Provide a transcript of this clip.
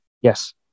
Yes